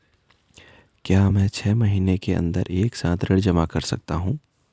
क्या मैं छः महीने के अन्दर एक साथ ऋण जमा कर सकता हूँ?